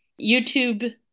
YouTube